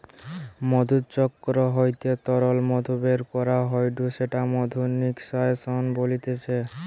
মধুচক্র হইতে তরল মধু বের করা হয়ঢু সেটা মধু নিষ্কাশন বলতিছে